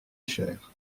cher